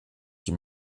die